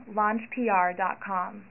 launchpr.com